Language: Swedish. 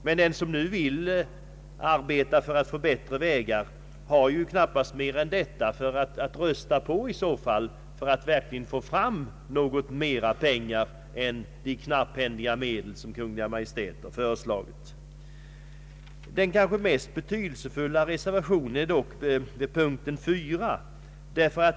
Men den som vill arbeta för bättre vägar har ju knappast mer än detta att rösta på för att verkligen få fram mera pengar utöver de medel som Kungl. Maj:t föreslagit. Den kanske mest betydelsefulla reservationen är dock nr 4.